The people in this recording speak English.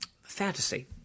fantasy